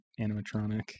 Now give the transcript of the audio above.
animatronic